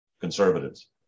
conservatives